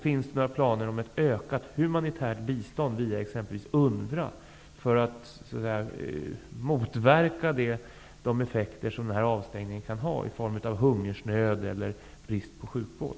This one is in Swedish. Finns det några planer på ett ökat humanitärt bistånd via t.ex. UNRWA för att motverka de effekter som avstängningen kan ha i form av hungersnöd eller brist på sjukvård?